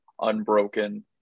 unbroken